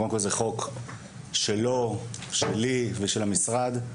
זהו חוק שלו, שלי ושל המשרד.